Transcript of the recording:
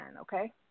okay